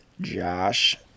Josh